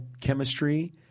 chemistry